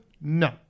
No